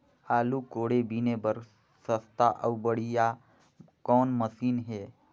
आलू कोड़े बीने बर सस्ता अउ बढ़िया कौन मशीन हे?